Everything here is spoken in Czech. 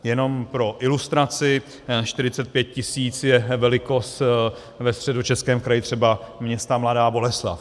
Jenom pro ilustraci, 45 tisíc je velikost ve Středočeském kraji třeba města Mladá Boleslav.